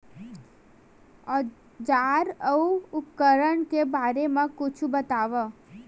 औजार अउ उपकरण के बारे मा कुछु बतावव?